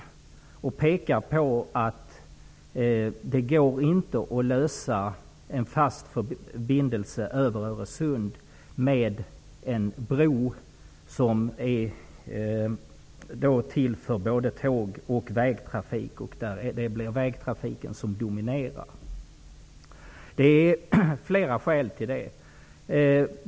Informationen pekar på att det inte går att lösa frågan om en fast förbindelse över Öresund med en bro avsedd för både tåg och vägtrafik, och där vägtrafiken dominerar. Skälen är många.